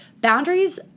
Boundaries